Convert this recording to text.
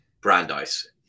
Brandeis